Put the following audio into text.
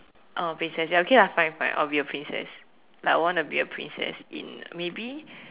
uh princess ya okay lah fine fine I'll be a princess like I want to be a princess in maybe